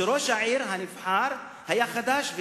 שראש העיר הנבחר שלה היה חדש,